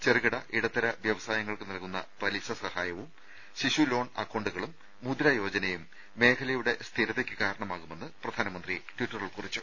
ചെറുകിട ഇടത്തര വ്യവസായ ങ്ങൾക്ക് നൽകുന്ന പലിശ സഹായവും ശിശു ലോൺ അക്കൌണ്ടുകളും മുദ്ര യോജനയും മേഖലയുടെ സ്ഥിരതയ്ക്ക് കാരണമാകുമെന്ന് പ്രധാനമന്ത്രി ട്വിറ്ററിൽ കുറിച്ചു